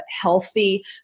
healthy